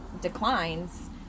declines